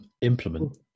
Implement